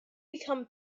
become